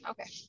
Okay